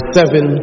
seven